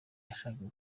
yashakaga